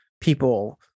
people